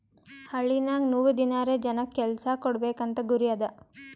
ಹಳ್ಳಿನಾಗ್ ನೂರ್ ದಿನಾರೆ ಜನಕ್ ಕೆಲ್ಸಾ ಕೊಡ್ಬೇಕ್ ಅಂತ ಗುರಿ ಅದಾ